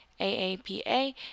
AAPA